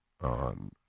on